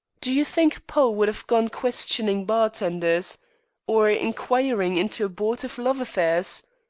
do you think poe would have gone questioning bar-tenders or inquiring into abortive love affairs?